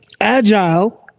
agile